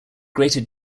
greater